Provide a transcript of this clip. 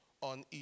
on